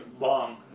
Long